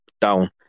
down